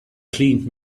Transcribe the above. cleaned